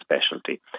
specialty